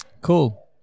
Cool